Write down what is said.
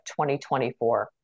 2024